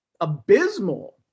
abysmal